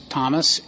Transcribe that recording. Thomas